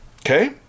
okay